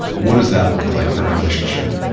what does that look like in a relationship?